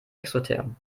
exotherm